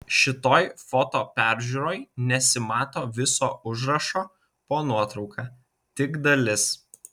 šitoj foto peržiūroj nesimato viso užrašo po nuotrauka tik dalis